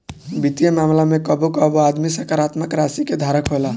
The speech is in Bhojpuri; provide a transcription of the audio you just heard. वित्तीय मामला में कबो कबो आदमी सकारात्मक राशि के धारक होला